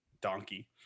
Donkey